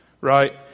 Right